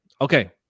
Okay